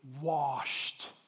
washed